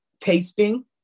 tasting